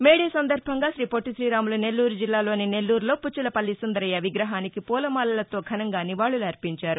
మే Day సందర్భంగా శ్రీపొట్టి శ్రీరాములు నెల్లూరు జిల్లాలోని నెల్లూరులో పుచ్చలపల్లి సుందరయ్య విగ్రహానికి పూలమాలలతో ఘనంగా నివాళులు అర్పించారు